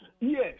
Yes